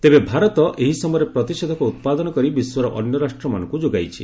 ତେବେ ଭାରତ ଏହି ସମୟରେ ପ୍ରତିଷେଧକ ଉତ୍ପାଦନ କରି ବିଶ୍ୱର ଅନ୍ୟ ରାଷ୍ଟ୍ରମାନଙ୍କୁ ଯୋଗାଇଛି